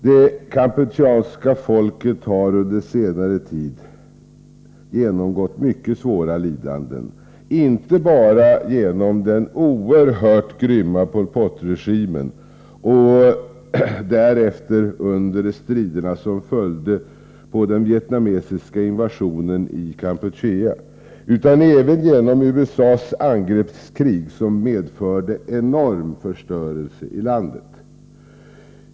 Det kampucheanska folket har under senare tid genomgått mycket svåra lidanden, inte bara genom den oerhört grymma Pol Pot-regimen och de strider som följde på den vietnamesiska invasionen i Kampuchea utan även genom USA:s angreppskrig, som medförde enorm förstörelse i landet.